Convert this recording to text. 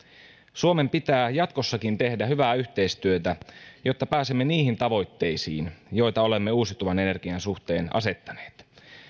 suomen pitää jatkossakin tehdä hyvää yhteistyötä jotta pääsemme niihin tavoitteisiin joita olemme uusiutuvan energian suhteen asettaneet